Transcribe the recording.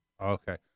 Okay